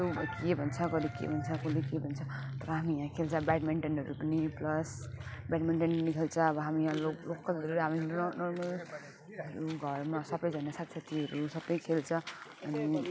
यस्तो के भन्छ कसले के भन्छ कसले के भन्छ तर हामी यहाँ खेल्छ ब्याडमिन्टनहरू पनि प्लस ब्याडमिन्टन पनि खेल्छ अब हामी यहाँ लोकलहरू हामी नर्मल घरमा सबैजना साथी साथीहरू सबै खेल्छ अनि